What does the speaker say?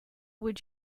would